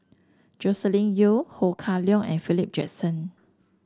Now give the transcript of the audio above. Joscelin Yeo Ho Kah Leong and Philip Jackson